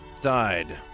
died